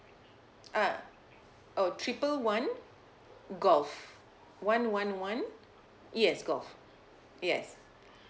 ah oh triple one golf one one one yes golf yes